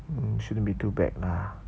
mm shouldn't be too bad lah